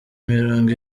mirongo